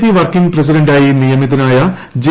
P working പ്രസിഡന്റായി നിയമിതനായ J